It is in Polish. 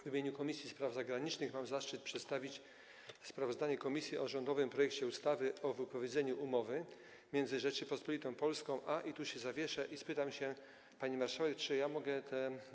W imieniu Komisji Spraw Zagranicznych mam zaszczyt przedstawić sprawozdanie komisji o rządowym projekcie ustawy o wypowiedzeniu umowy między Rzecząpospolitą Polską a... i tu zawieszę i spytam się pani marszałek, czy ja mogę te.